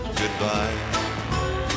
goodbye